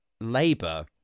Labour